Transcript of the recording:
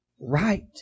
right